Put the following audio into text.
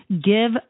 give